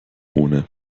ohne